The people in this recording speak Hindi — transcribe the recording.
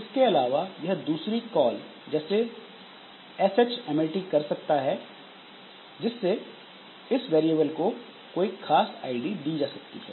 इसके अलावा यह दूसरी कॉल जैसे shmat कर सकता है जिससे इस वेरिएबल को कोई खास आईडी दी जा सकती है